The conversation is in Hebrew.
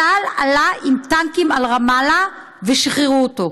צה"ל עלה עם טנקים על רמאללה, ושחררו אותו.